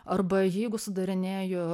arba jeigu sudarinėju